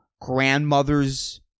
grandmothers